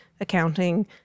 accounting